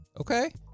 Okay